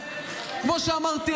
כמו שאמרתי,